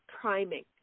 priming